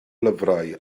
lyfrau